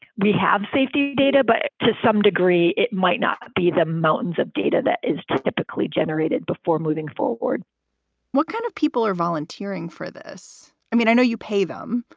we have safety data. but to some degree, it might not be the mountains of data that is typically generated before moving forward what kind of people are volunteering for this? i mean, i know you pay them.